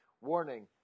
warning